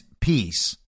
peace